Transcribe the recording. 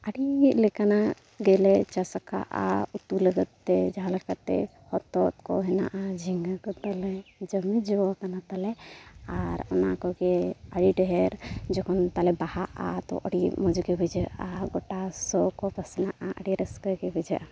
ᱟᱹᱰᱤ ᱞᱮᱠᱟᱱᱟᱜ ᱜᱮᱞᱮ ᱪᱟᱥ ᱟᱠᱟᱫᱼᱟ ᱩᱛᱩ ᱞᱟᱹᱜᱤᱫᱛᱮ ᱡᱟᱦᱟᱸ ᱞᱮᱠᱟᱛᱮ ᱦᱚᱛᱚᱫ ᱠᱚ ᱦᱮᱱᱟᱜᱼᱟ ᱡᱷᱤᱸᱜᱟᱹ ᱠᱚ ᱛᱟᱞᱮ ᱫᱚᱢᱮ ᱡᱚ ᱟᱠᱟᱱᱟ ᱛᱟᱞᱮ ᱟᱨ ᱚᱱᱟ ᱠᱚᱜᱮ ᱟᱹᱰᱤ ᱰᱷᱮᱨ ᱡᱚᱠᱷᱚᱱ ᱛᱟᱞᱮ ᱵᱟᱦᱟᱜᱼᱟ ᱛᱚ ᱟᱹᱰᱤ ᱢᱚᱡᱽᱜᱮ ᱵᱩᱡᱷᱟᱹᱜᱼᱟ ᱜᱚᱴᱟ ᱥᱚ ᱠᱚ ᱯᱟᱥᱱᱟᱜᱼᱟ ᱟᱹᱰᱤ ᱨᱟᱹᱥᱠᱟᱹ ᱜᱮ ᱵᱩᱡᱷᱟᱹᱜᱼᱟ